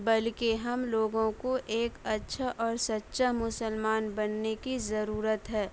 بلکہ ہم لوگوں کو ایک اچھا اور سچا مسلمان بننے کی ضرورت ہے